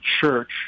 Church